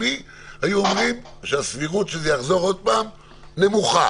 היינו אומרים שהסבירות שזה יחזור עוד פעם היא נמוכה.